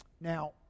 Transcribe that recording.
Now